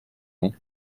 ans